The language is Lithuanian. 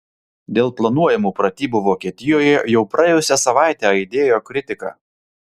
dėl planuojamų pratybų vokietijoje jau praėjusią savaitę aidėjo kritika